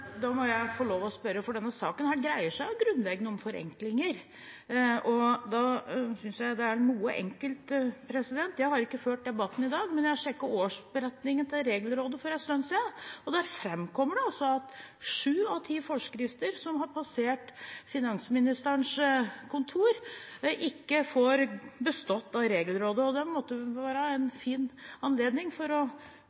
Da må jeg få lov å spørre, for denne saken dreier seg jo grunnleggende om forenklinger, og da synes jeg det er noe enkelt. Jeg har ikke fulgt debatten i dag, men jeg sjekket årsberetningen til Regelrådet for en stund siden, og der framkommer det altså at sju av ti forskrifter som har passert finansministerens kontor, ikke har fått bestått av Regelrådet. Og det måtte da være en